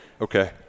okay